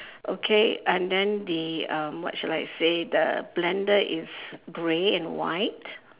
okay and then the um what shall I say the blender is grey and white